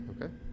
Okay